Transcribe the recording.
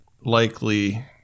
likely